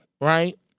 right